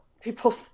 people